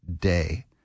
day